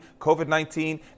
COVID-19